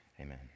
Amen